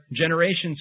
generations